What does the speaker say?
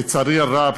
לצערי הרב,